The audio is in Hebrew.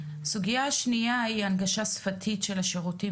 סוגיה שנייה היא הנגשה שפתית של השירותים